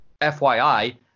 FYI